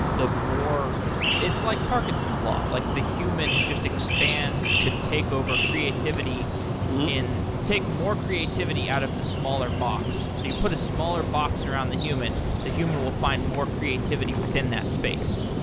the more it's like parkinson's law. like the human just expands to take over creativity and take more creativity out of the smaller box. you put a smaller box around the human, the human will find more creativity within that space.